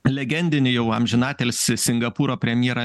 legendinį jau amžinatilsį singapūro premjerą